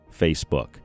Facebook